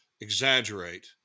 exaggerate